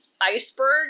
iceberg